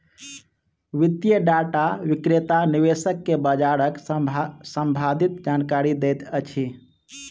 वित्तीय डेटा विक्रेता निवेशक के बजारक सम्भंधित जानकारी दैत अछि